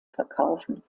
verkaufen